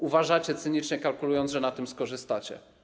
Uważacie, cynicznie kalkulując, że na tym skorzystacie.